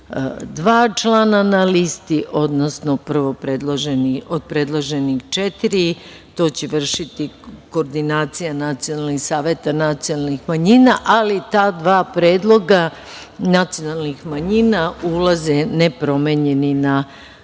dva člana na listi, odnosno od prvo predloženih četiri. To će vršiti koordinacija nacionalnih saveta nacionalnih manjina, ali ta dva predloga nacionalnih manjina ulaze nepromenjeni na